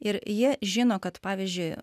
ir jie žino kad pavyzdžiui